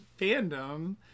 fandom